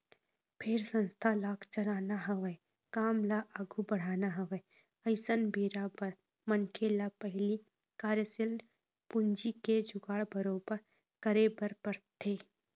फेर संस्था ल चलाना हवय काम ल आघू बढ़ाना हवय अइसन बेरा बर मनखे ल पहिली कार्यसील पूंजी के जुगाड़ बरोबर करे बर परथे